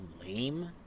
lame